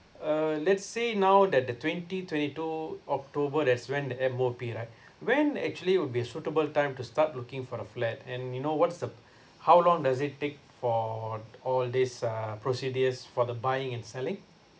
uh let's say now that the twenty twenty two october that's when the M_O_P right when actually will be suitable time to start looking for a flat and you know what's the how long does it take for all these uh procedures for the buying and selling